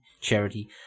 charity